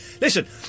Listen